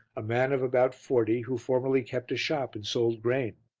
a man of about forty who formerly kept a shop and sold grain.